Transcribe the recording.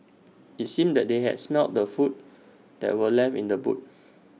IT seemed that they had smelt the food that were left in the boot